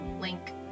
link